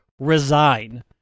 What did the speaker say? resign